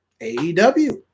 AEW